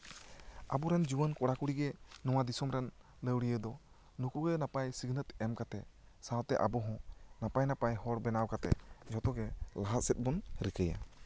ᱟᱵᱚᱨᱮᱱ ᱡᱩᱣᱟᱹᱱ ᱠᱚᱲᱟ ᱠᱩᱲᱤ ᱜᱮ ᱱᱚᱣᱟ ᱫᱤᱥᱚᱢ ᱨᱮᱱ ᱞᱟᱹᱣᱲᱤᱭᱟᱹ ᱫᱚ ᱱᱩᱠᱩᱜᱮ ᱱᱟᱯᱟᱭ ᱥᱤᱠᱷᱱᱟᱹᱛ ᱮᱢ ᱠᱟᱛᱮᱜ ᱥᱟᱶᱛᱮ ᱟᱵᱚᱦᱚᱸ ᱱᱟᱯᱟᱭ ᱱᱟᱯᱟᱭ ᱦᱚᱲ ᱵᱮᱱᱟᱣ ᱠᱟᱛᱮᱜ ᱡᱷᱚᱛᱚ ᱜᱮ ᱞᱟᱦᱟ ᱥᱮᱫ ᱵᱚᱱ ᱨᱤᱠᱟᱹᱭᱟ